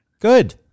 Good